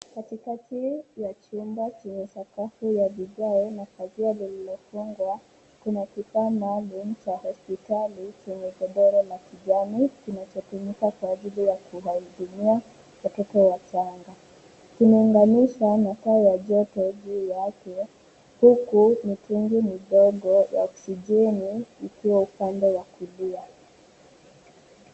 Katikati ya chumba chenye sakafu ya vigae na pazia lililojengwa kuna kifaa maalum cha hospitali chenye godoro na kijani kinachotumika kuwajibu watuza hudumia watoto wachanga. Kimeunganishwa na paa la joto juu yake, huku mitungi midogo ya oksigeni ikiwa upande ya kulia.